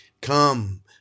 Come